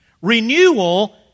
Renewal